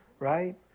right